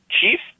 chief